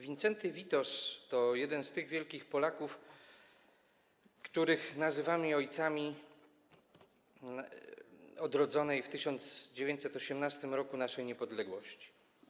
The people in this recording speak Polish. Wincenty Witos to jeden z tych wielkich Polaków, których nazywamy ojcami odrodzonej w 1918 r. naszej niepodległości.